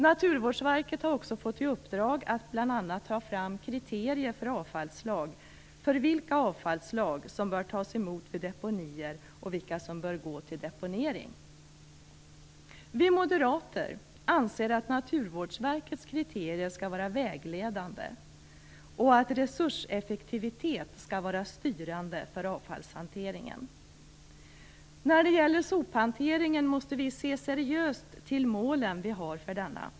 Naturvårdsverket har också fått i uppdrag att bl.a. ta fram kriterier för vilka avfallsslag som bör tas emot vid deponier och vilka som bör gå till deponering. Vi moderater anser att Naturvårdsverkets kriterier skall vara vägledande och att resurseffektivitet skall vara styrande för avfallshanteringen. När det gäller sophanteringen måste vi se seriöst till målen som vi har för denna.